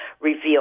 reveal